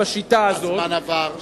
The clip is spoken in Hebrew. את השיטה הזאת שאומרים: